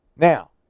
Now